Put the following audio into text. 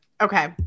okay